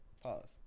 Pause